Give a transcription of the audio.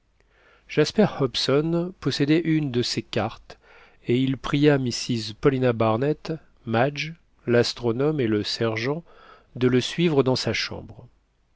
jasper hobson possédait une de ces cartes et il pria mrs paulina barnett madge l'astronome et le sergent de le suivre dans sa chambre